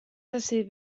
decidir